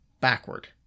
backward